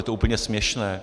Je to úplně směšné.